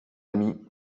amis